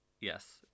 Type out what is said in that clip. Yes